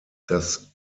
das